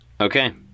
Okay